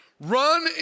Run